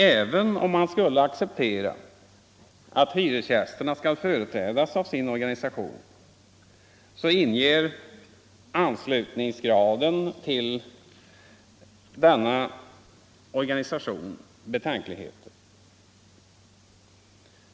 Även om man skulle acceptera att hyresgästerna skall företrädas av sin organisation, så inger graden av anslutning till denna organisation betänkligheter.